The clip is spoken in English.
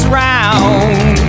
round